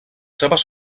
seves